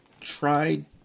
tried